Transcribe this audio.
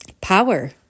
power